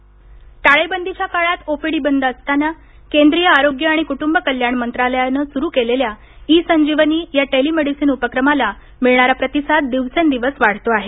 ईसंजिवनी टाळेबंदीच्या काळात आेपीडी बंद असताना केंद्रीय आरोग्य आणि कुटुंब कल्याण मंत्रालयानं सुरू केलेल्या ई संजीवनी या टेली मेडिसिन उपक्रमाला मिळणारा प्रतिसाद दिवसेंदिवस वाढतो आहे